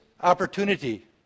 opportunity